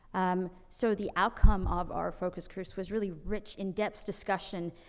um, so the outcome of our focus groups, was really rich in-depth discussion,